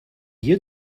you